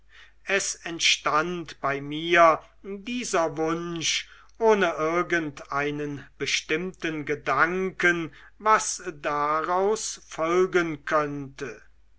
es entstand bei mir dieser wunsch ohne irgendeinen bestimmten gedanken was darauf folgen könnte